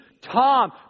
Tom